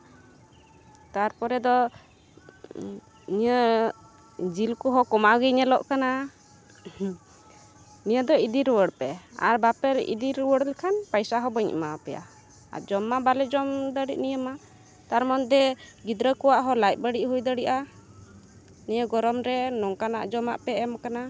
ᱛᱟᱨᱯᱚᱨᱮ ᱫᱚ ᱱᱤᱭᱟᱹ ᱡᱤᱞ ᱠᱚᱦᱚᱸ ᱠᱚᱢᱟᱣ ᱜᱮ ᱧᱮᱞᱚᱜ ᱠᱟᱱᱟ ᱱᱤᱭᱟᱹ ᱫᱚ ᱤᱫᱤ ᱨᱩᱣᱟᱹᱲ ᱯᱮ ᱟᱨ ᱵᱟᱯᱮ ᱤᱫᱤ ᱨᱩᱣᱟᱹᱲ ᱞᱮᱠᱷᱟᱱ ᱯᱚᱭᱥᱟ ᱦᱚᱸ ᱵᱟᱹᱧ ᱮᱢᱟᱣᱟᱯᱮᱭᱟ ᱟᱨ ᱡᱚᱢᱼᱢᱟ ᱵᱟᱞᱮ ᱡᱚᱢ ᱫᱟᱲᱮᱭᱟᱜ ᱱᱤᱭᱟᱹᱢᱟ ᱛᱟᱨ ᱢᱚᱫᱽᱫᱷᱮ ᱜᱤᱫᱽᱨᱟᱹ ᱠᱚᱣᱟᱜ ᱦᱚᱸ ᱞᱟᱡ ᱵᱟᱹᱲᱤᱡ ᱦᱩᱭ ᱫᱟᱲᱮᱭᱟᱜᱼᱟ ᱱᱤᱭᱟᱹ ᱜᱚᱨᱚᱢ ᱨᱮ ᱱᱚᱝᱠᱟᱱᱟᱜ ᱡᱚᱢᱟᱨ ᱯᱮ ᱚᱢᱟᱠᱟᱱᱟ